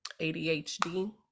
ADHD